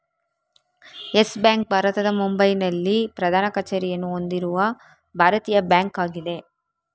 Yes bank ಭಾರತದ ಮುಂಬೈನಲ್ಲಿ ಪ್ರಧಾನ ಕಚೇರಿಯನ್ನು ಹೊಂದಿರುವ ಭಾರತೀಯ ಬ್ಯಾಂಕ್ ಆಗಿದೆ